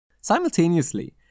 Simultaneously